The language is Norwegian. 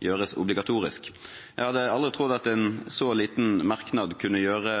gjøres obligatorisk. Jeg hadde aldri trodd at en så liten merknad kunne gjøre